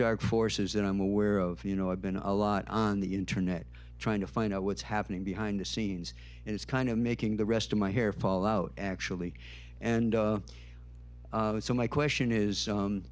dark forces that i'm aware of you know i've been a lot on the internet trying to find out what's happening behind the scenes and it's kind of making the rest of my hair fall out actually and so my question is